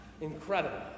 Incredible